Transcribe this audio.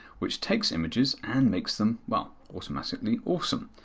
which takes images and makes them, well, automatically awesome.